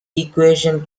equation